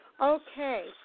Okay